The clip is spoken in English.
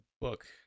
book